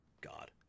God